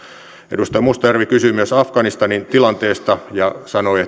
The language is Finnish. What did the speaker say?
edustaja mustajärvi kysyi myös afganistanin tilanteesta ja sanoi